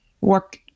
work